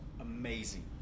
Amazing